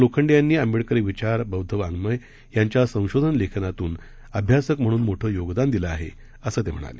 लोखंडे यांनी आंबेडकरी विचार बौद्ध वाड़मय यांच्या संशोधन लेखनातून अभ्यासक म्हणून मोठे योगदान दिला आहे असं ते म्हणाले